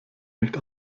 nicht